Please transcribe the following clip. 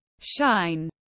shine